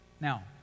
Now